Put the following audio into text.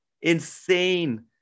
Insane